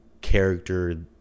character